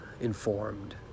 informed